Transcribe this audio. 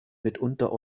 mitunter